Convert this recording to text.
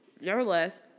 nevertheless